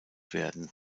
werden